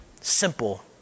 Simple